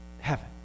heaven